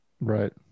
Right